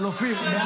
אבל אופיר -- לא